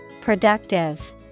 Productive